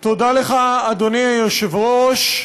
תודה לך, אדוני היושב-ראש,